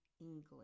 English